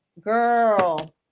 Girl